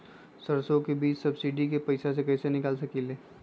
सरसों बीज के सब्सिडी के पैसा कईसे निकाल सकीले?